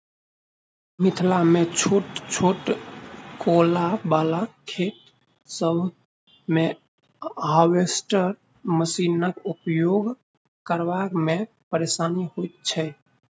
मिथिलामे छोट छोट कोला बला खेत सभ मे हार्वेस्टर मशीनक उपयोग करबा मे परेशानी होइत छै